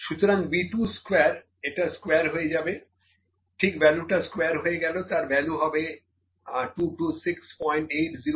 সুতরাং B2 square এটা square হয়ে যাবে ঠিক ভ্যালুটা স্কোয়ার হয়ে গেলে তার ভ্যালু হবে 2268036